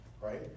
right